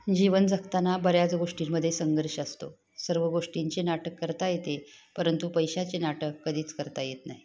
जीवन जगताना बऱ्याच गोष्टींमध्ये संघर्ष असतो सर्व गोष्टींचे नाटक करता येते परंतु पैशाचे नाटक कधीच करता येत नाही